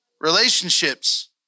Relationships